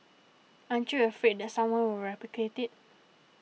aren't you afraid that someone will replicate it